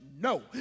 No